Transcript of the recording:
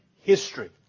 history